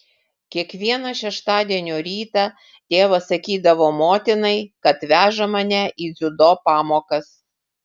kiekvieną šeštadienio rytą tėvas sakydavo motinai kad veža mane į dziudo pamokas